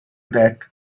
that